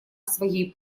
своей